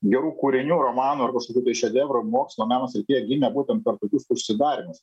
gerų kūrinių romanų ar kažkokių tai šedevrų ar mokslo meno srityje gimė būtent per tokius užsidarymus